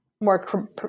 more